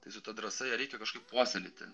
tai su ta drąsa ją reikia kažkaip puoselėti